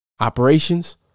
operations